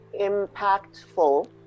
impactful